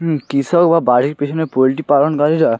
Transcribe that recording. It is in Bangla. হুম কৃষক বা বাড়ির পেছনে পোলট্রি পালনকারীরা